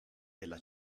della